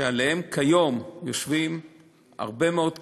שעליהם כיום יושבים הרבה מאוד קיבוצים,